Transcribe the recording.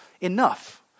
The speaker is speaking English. enough